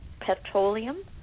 petroleum